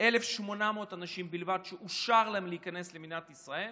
1,800 אנשים בלבד שאושר להם להיכנס למדינת ישראל,